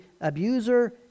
abuser